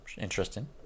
interesting